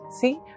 see